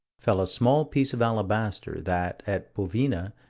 fell a small piece of alabaster that, at bovina,